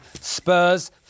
Spurs